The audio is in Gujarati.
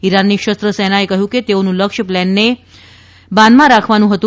ઇરાનની શસ્ત્ર સેનાએ કહ્યુ કે તેઓનું લક્ષ પ્લેનને બાનમાં રાખવાનું હતુ